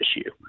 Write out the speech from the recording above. issue